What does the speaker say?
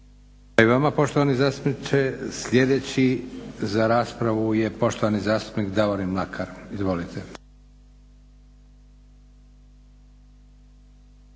i vama poštovani zastupniče. Sljedeći za raspravu je poštovani zastupnik Davorin Mlakar. Izvolite.